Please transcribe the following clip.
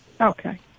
Okay